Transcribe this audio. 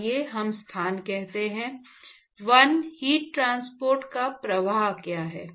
आइए हम स्थान कहते हैं 1 हीट ट्रांसपोर्ट का प्रवाह क्या है